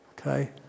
Okay